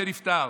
שנפטר.